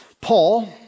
Paul